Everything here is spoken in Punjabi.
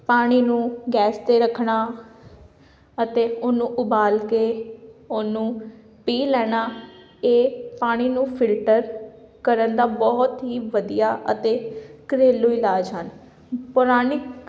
ਪਾਣੀ ਨੂੰ ਗੈਸ 'ਤੇ ਰੱਖਣਾ ਅਤੇ ਉਹਨੂੰ ਉਬਾਲ ਕੇ ਉਹਨੂੰ ਪੀ ਲੈਣਾ ਇਹ ਪਾਣੀ ਨੂੰ ਫਿਲਟਰ ਕਰਨ ਦਾ ਬਹੁਤ ਹੀ ਵਧੀਆ ਅਤੇ ਘਰੇਲੂ ਇਲਾਜ ਹਨ ਪੁਰਾਣਿਕ